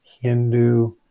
Hindu